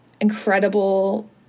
incredible